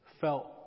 felt